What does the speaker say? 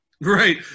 Right